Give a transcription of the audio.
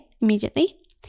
immediately